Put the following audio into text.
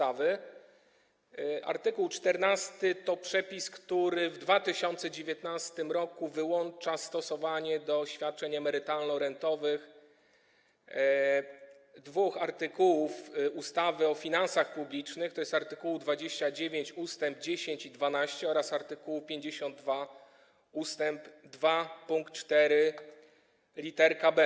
Art. 14 to jest przepis, który w 2019 r. wyłącza stosowanie do świadczeń emerytalno-rentowych dwóch artykułów ustawy o finansach publicznych: art. 29 ust. 10 i 12 i art. 52 ust. 2 pkt 4 lit. b.